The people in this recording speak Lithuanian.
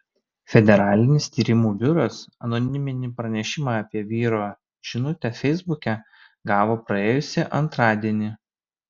federalinis tyrimų biuras anoniminį pranešimą apie vyro žinutę feisbuke gavo praėjusį antradienį